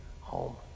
home